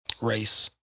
race